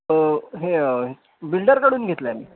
हो हे बिल्डरकडून घेतला आहे मी